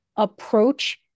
Approach